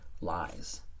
lies